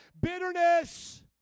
Bitterness